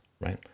right